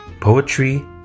poetry